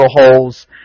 holes